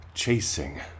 chasing